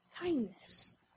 kindness